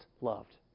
loved